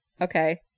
Okay